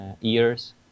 years